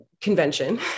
convention